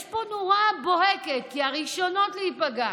יש פה נורה בוהקת, כי הראשונות להיפגע